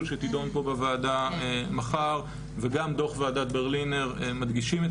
שתידון פה בוועדה מחר וגם דוח ועדת ברלינר מדגישים את